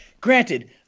Granted